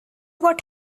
what